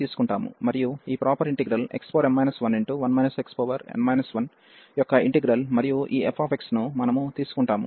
మరియు ఈ proper integral xm 11 xn 1యొక్క ఇంటిగ్రల్ మరియు ఈ fxను మనము తీసుకుంటాము